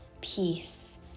peace